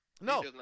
No